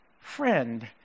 friend